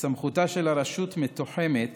שסמכותה של הרשות מתוחמת